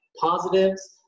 positives